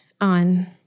on